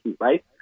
right